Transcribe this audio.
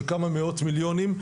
של כמה מאות מיליונים,